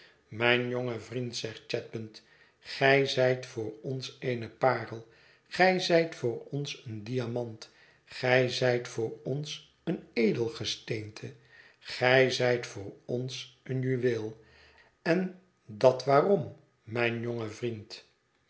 mijn jonge vriend zegt chadband gij zijt voor ons eene parel gij zijt voor ons een diamant gij zijt voor ons een edelgesteente gij zijt voor ons een juweel en dat waarom mijn jonge vriend